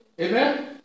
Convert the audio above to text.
Amen